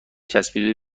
چسبیدی